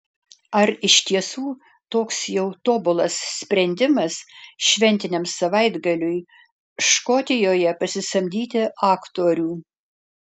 ar iš tiesų toks jau tobulas sprendimas šventiniam savaitgaliui škotijoje pasisamdyti aktorių